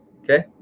okay